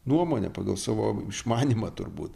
nuomonę pagal savo išmanymą turbūt